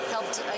...helped